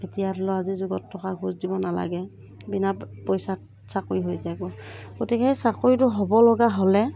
এতিয়া ধৰি ল আজিৰ যুগত টকা ঘুচ দিব নালাগে বিনা পইচাত চাকৰি হৈ যায়গৈ গতিকে চাকৰিটো হ'ব লগা হ'লে